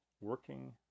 working